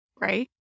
right